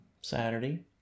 Saturday